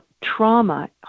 trauma